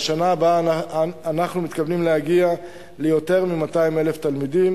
בשנה הבאה אנחנו מתכוונים להגיע ליותר מ-200,000 תלמידים.